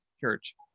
church